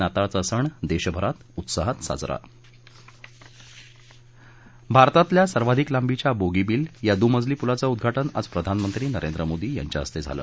नाताळचा सण देशभरात उत्साहात साजरा भारतातल्या सर्वाधिक लांबीच्या बोगीबील या दुमजली पुलाचं उद्घाटन आज प्रधानमंत्री नरेंद्र मोदी यांच्या हस्ते झालं